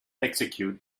execute